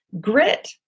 grit